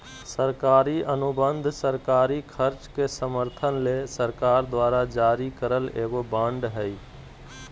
सरकारी अनुबंध सरकारी खर्च के समर्थन ले सरकार द्वारा जारी करल एगो बांड हय